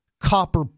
copper